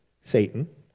Satan